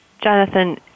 Jonathan